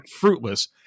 fruitless